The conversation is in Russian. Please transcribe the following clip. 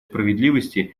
справедливости